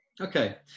Okay